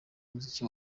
umuziki